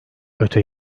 öte